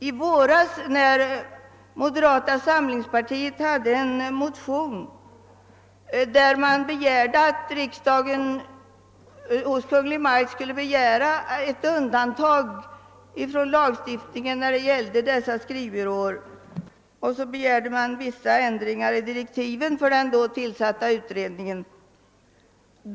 I våras väckte moderata samlingspartiet en motion där man begärde att riksdagen hos Kungl. Maj:t skulle hemställa om undantag från lagstiftningen för de ambulerande skrivbyråerna. Samtidigt begärde man vissa ändringar i direktiven för den tillsatta utredningen.